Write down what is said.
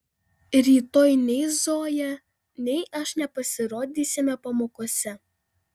rytoj nei zoja nei aš nepasirodysime pamokose